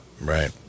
Right